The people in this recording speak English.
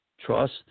trust